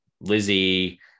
Lizzie